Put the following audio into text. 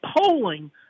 polling